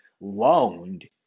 loaned